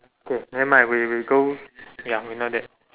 K nevermind we we go ya we know that